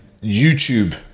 YouTube